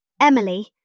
Emily